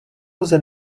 lze